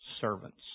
Servants